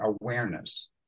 awareness